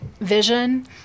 vision